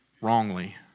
wrongly